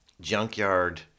junkyard